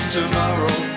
tomorrow